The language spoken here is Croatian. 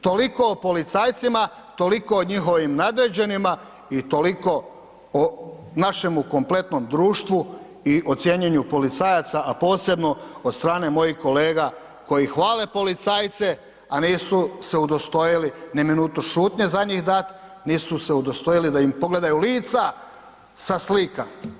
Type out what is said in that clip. Toliko o policajcima, toliko o njihovim nadređenima i toliko o našemu kompletnom društvu i o cijenjenju policajaca, a posebno od strane mojih kolega koji hvale policajce, a nisu se udostojili ni minutu šutnje za njih dat, nisu se udostojili da im pogledaju lica sa slika.